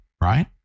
right